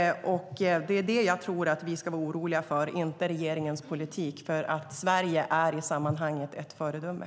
Det är det jag tror att vi ska vara oroliga för, inte regeringens politik. Sverige är i sammanhanget ett föredöme.